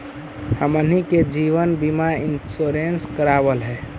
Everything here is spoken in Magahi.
हमनहि के जिवन बिमा इंश्योरेंस करावल है?